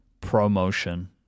promotion